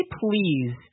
please